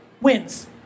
wins